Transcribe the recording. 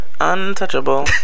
Untouchable